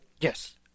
Yes